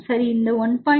சரி இந்த 1